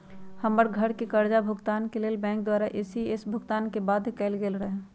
हमर घरके करजा भूगतान के लेल बैंक द्वारा इ.सी.एस भुगतान के बाध्य कएल गेल रहै